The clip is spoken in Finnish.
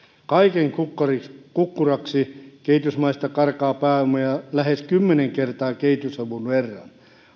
kaiken kukkuraksi kukkuraksi kehitysmaista karkaa pääomia lähes kymmenen kertaa kehitysavun verran